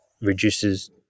reduces